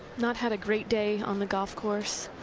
not had a great day on the golf course.